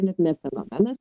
net ne fenomenas